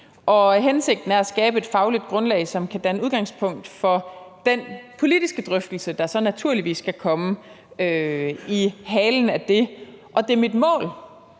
Hensigten er at skabe et fagligt grundlag, som kan danne udgangspunkt for den politiske drøftelse, der så naturligvis skal komme i halen af det. Det er